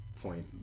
point